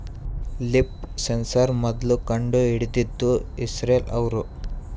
leaf sensor ಮೊದ್ಲು ಕಂಡು ಹಿಡಿದಿದ್ದು ಇಸ್ರೇಲ್ ಅವ್ರು